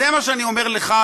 זה מה שאני אומר לך,